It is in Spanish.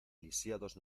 lisiados